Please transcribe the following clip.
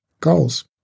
goals